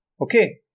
Okay